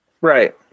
Right